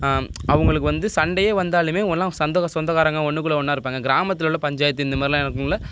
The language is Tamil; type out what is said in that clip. அவங்களுக்கு வந்து சண்டையே வந்தாலுமே ஒன்லாம் சந்தகோ சொந்தக்காரங்க ஒன்றுக்குள்ள ஒன்றா இருப்பாங்க கிராமத்தில் உள்ள பஞ்சாயத்து இந்த மாதிரிலாம் இருக்கக்குள்ளே